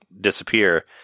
disappear